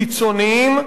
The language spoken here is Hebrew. קיצוניים,